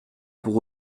pour